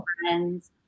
friends